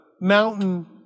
mountain